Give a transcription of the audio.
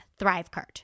Thrivecart